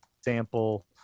sample